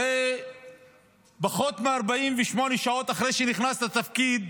הרי פחות מ-48 שעות אחרי שנכנס לתפקיד